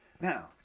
Now